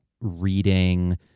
reading